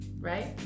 Right